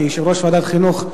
כיושב-ראש ועדת החינוך,